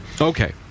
Okay